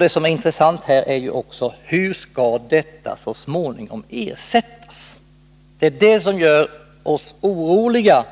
Det som är intressant är ju också hur detta så småningom skall ersättas. Det är den frågan som gör oss oroliga.